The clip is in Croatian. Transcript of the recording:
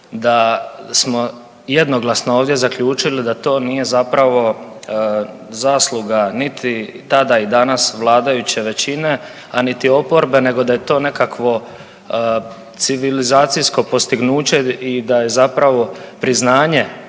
da smo jednoglasno ovdje zaključili da to nije zapravo zasluga niti tada i danas vladajuće većine, a niti oporbe nego da je to nekakvo civilizacijsko postignuće i da je zapravo priznanje